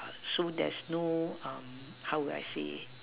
so there's no um how would I say